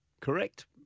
correct